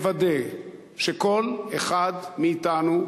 לוודא שכל אחד מאתנו,